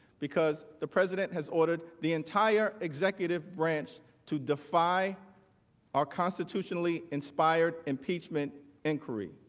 because the president has ordered the entire executive branch to defy our constitutionally inspired impeachment inquiry.